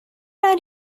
are